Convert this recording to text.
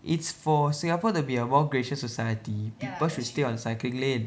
it's for Singapore to be a more gracious society people should stay on the cycling lane